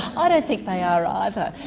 i don't think they are either.